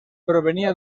provenía